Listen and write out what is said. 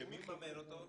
שמי מממן אותו?